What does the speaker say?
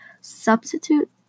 Substitute